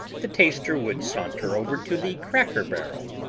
the taster would saunter over to the cracker barrel,